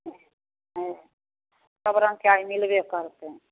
आइ सबरङ्गके आइ मिलबे करतै